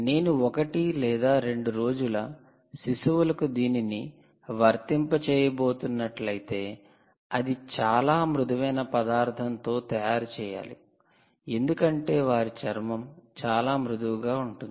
నేను ఒకటి లేదా రెండు రోజుల శిశువులకు దీనిని వర్తింపజేయబోతున్నట్లయితే అది చాలా మృదువైన పదార్థం తో తయారు చేయాలి ఎందుకంటే వారి చర్మం చాలా మృదువు గా ఉంటుంది